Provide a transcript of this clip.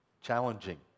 challenging